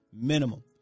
Minimum